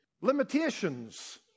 limitations